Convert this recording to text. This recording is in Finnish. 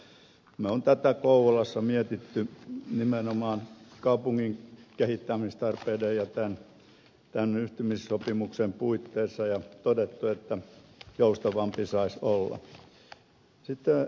me olemme tätä kouvolassa miettineet nimenomaan kaupungin kehittämistarpeiden ja tämän yhtymissopimuksen puitteissa ja todenneet että joustavampi saisi olla